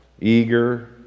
eager